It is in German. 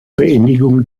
beendigung